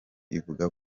ivuga